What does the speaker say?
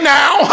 now